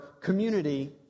community